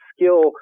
skill